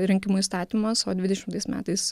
rinkimų įstatymas o dvidešimtais metais